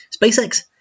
SpaceX